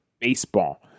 baseball